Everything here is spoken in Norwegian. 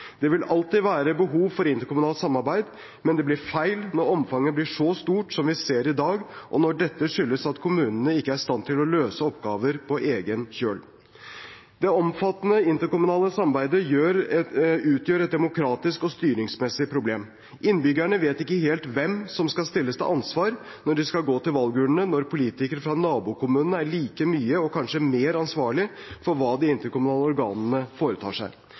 Det vil alltid være behov for interkommunalt samarbeid, men det blir feil når omfanget blir så stort som vi ser i dag, og når dette skyldes at kommunene ikke er i stand til å løse oppgaver på egen kjøl. Det omfattende interkommunale samarbeidet utgjør et demokratisk og styringsmessig problem. Innbyggerne vet ikke helt hvem som skal stilles til ansvar når de skal gå til valgurnene, når politikere fra nabokommunene er like mye og kanskje mer ansvarlig for hva de interkommunale organene foretar seg.